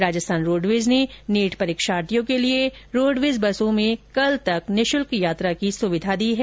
Rajasthan roadways ने NEET परीक्षार्थियों के लिये रोडवेज बसों में कल तक निशुल्क यात्रा की सुविधा दी है